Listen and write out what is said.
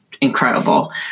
incredible